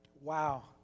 Wow